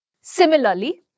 Similarly